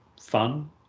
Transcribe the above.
fun